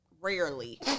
Rarely